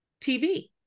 TV